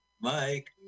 Mike